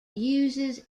uses